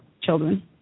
children